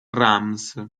rams